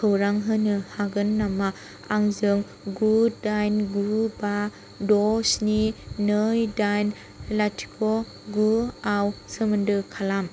खौरां होनो हागोन नामा आंजों गु दाइन गु बा द' स्नि नै दाइन लाथिख' गुआव सोमोन्दो खालाम